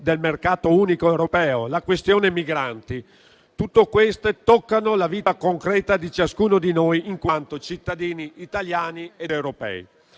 del Mercato unico europeo, la questione migranti. Tutto questo tocca la vita concreta di ciascuno di noi in quanto cittadini italiani ed europei.